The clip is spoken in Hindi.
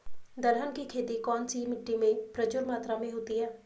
दलहन की खेती कौन सी मिट्टी में प्रचुर मात्रा में होती है?